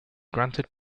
granted